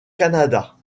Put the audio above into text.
canada